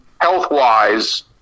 health-wise